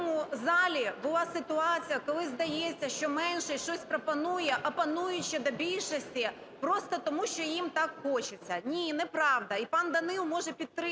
у цьому залі була ситуація, коли здається, що меншість щось пропонує, опонуючи до більшості просто тому, що їм так хочеться. Ні, неправда. І пан Данило може підтримати